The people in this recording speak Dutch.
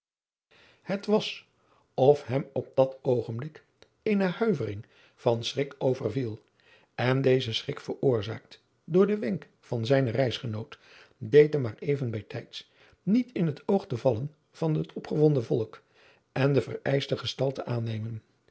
het was of hem op dat oogenblik eene huivering van schrik overviel en deze schrik veroorzaakt door den wenk van zijnen reisgenoot deed hem maar even bij tijds niet in het oog te vallen van het opgewonden volk en de vereischte gestalte aannemen